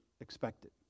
expected